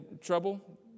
trouble